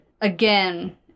again